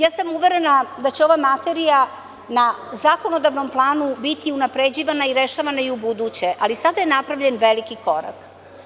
Ja sam uverena da će ova materija na zakonodavnom planu biti unapređivana i rešavana i u buduće, ali sada je napravljen veliki korak.